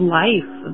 life